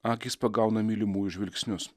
akys pagauna mylimųjų žvilgsnius